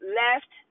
left